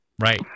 Right